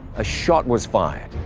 a shot was fired.